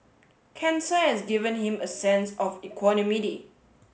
cancer has given him a sense of equanimity